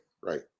Right